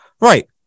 Right